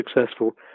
successful